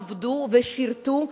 עבדו ושירתו,